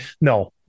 No